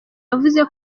yavuze